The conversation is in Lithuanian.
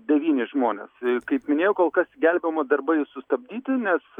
devyni žmonės kaip minėjau kol kas gelbėjimo darbai sustabdyti nes